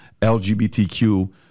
LGBTQ